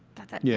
that's it. yeah